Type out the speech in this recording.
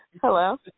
Hello